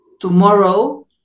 tomorrow